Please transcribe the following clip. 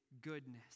goodness